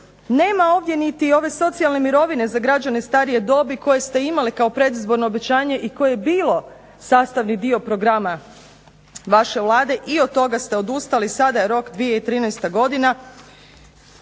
Nema ovdje niti ove socijalne mirovine za građane starije dobi koje ste imali kao predizborno obećanje i koje je bilo sastavni dio programa vaše Vlade i od toga ste odustali. Sada je rok 2013. godina.